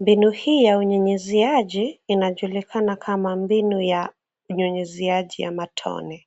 Mbinu hii ya unyunyiziaji inajulikana kama mbinu ya unyunyiziaji ya matone.